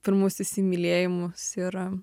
pirmus įsimylėjimus ir